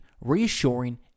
reassuring